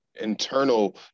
internal